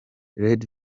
red